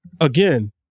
again